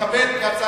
של קבוצת סיעת